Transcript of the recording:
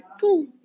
cool